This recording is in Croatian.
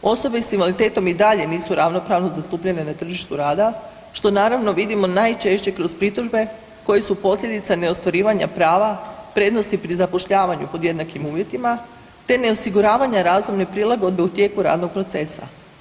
Osobe s invaliditetom i dalje nisu ravnopravno zastupljene na tržištu rada, što naravno vidimo najčešće kroz pritužbe koje su posljedica neostvarivanja prava prednosti pri zapošljavanju pod jednakim uvjetima te neosiguravanja razumne prilagodbe u tijeku radnog procesa.